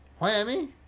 Miami